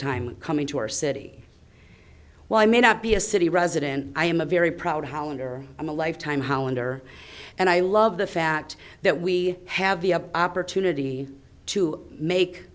time coming to our city while i may not be a city resident i am a very proud hollander i'm a lifetime how under and i love the fact that we have the opportunity to make